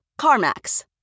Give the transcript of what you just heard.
CarMax